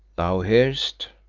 thou hearest?